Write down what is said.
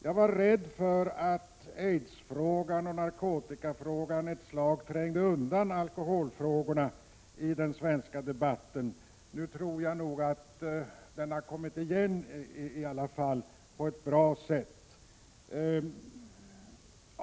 Jag var rädd för att aidsfrågan och narkotikafrågan ett slag trängde undan alkoholfrågorna i den svenska debatten. Nu tror jag nog att alkoholfrågorna tagits upp igen på ett bra sätt.